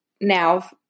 now